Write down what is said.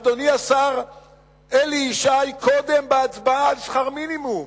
אדוני השר אלי ישי: קודם בהצבעה על שכר מינימום,